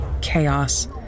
Chaos